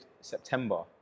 September